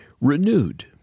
Renewed